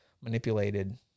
manipulated